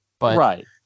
Right